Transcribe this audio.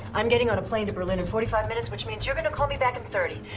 i'm getting on a plane to berlin in forty five minutes, which means you're gonna call me back in thirty.